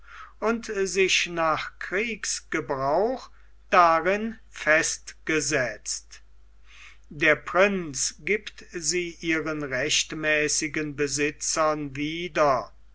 und sich nach kriegsgebrauch darin festgesetzt der prinz gibt sie ihren rechtmäßigen besitzern wieder